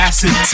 Acid